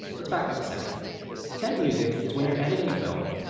let's back up a second temp music is when you're editing a film,